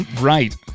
Right